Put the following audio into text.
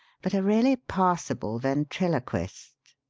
but a really passable ventriloquist.